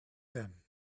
them